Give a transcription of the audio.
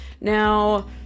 Now